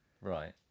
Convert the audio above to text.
Right